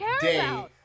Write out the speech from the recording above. day